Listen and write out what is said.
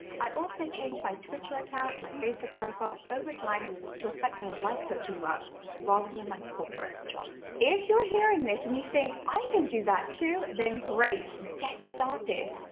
i also changed my twitter account and my facebook profile over time to reflect my life coaching work rather than and my corporate job. if you're hearing this and you think i can do that too. then great, get started.